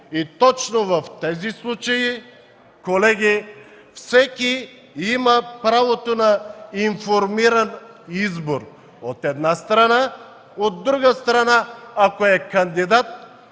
Точно в тези случаи, колеги, всеки има правото на информиран избор, от една страна. От друга страна, ако е кандидат,